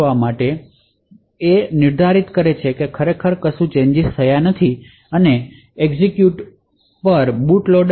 તેથી જો તે નિર્ધારિત કરે કે બુટ લોડરમાં ખરેખર છેડછાડ થયેલ નથી તો તે એક્ઝેક્યુશન બુટ લોડર ને આપશે